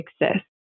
exist